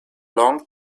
long